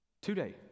today